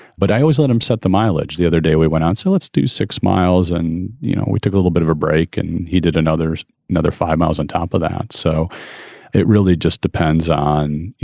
but i always let him set the mileage. the other day we went on. so let's do six miles. and, you know, we took a little bit of a break and he did another another five miles on top of that. so it really just depends on, you